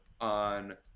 on